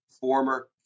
former